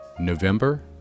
November